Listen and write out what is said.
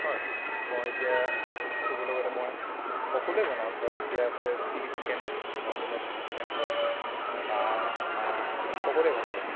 হয় মই এতিয়া ক'বলৈ গ'লে মই সকলোৱে বনাওঁ ধৰক এতিয়া আছে ছিলি চিকেন মই বনোৱা ছিলি চিকেন ধৰক বা মা সকলোৱে ভাল পায়